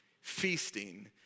Feasting